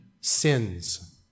sins